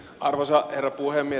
arvoisa herra puhemies